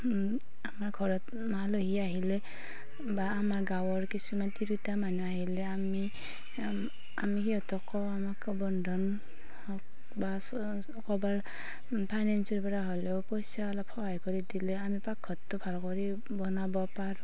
আমাৰ ঘৰত আলহী আহিলে বা আমাৰ গাঁৱৰ কিছুমান তিৰোতা মানুহ আহিলে আমি আমি সিহঁতক কওঁ আমাক বন্ধন হওক বা ক'বাৰ ফাইনেঞ্চৰ পৰাই হ'লেও পইচা অলপ সহায় কৰি দিলে আমি পাকঘৰটো ভাল কৰি বনাব পাৰোঁ